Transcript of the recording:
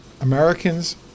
Americans